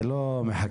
זה לא מחכה.